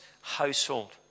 household